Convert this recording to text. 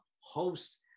host